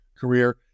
career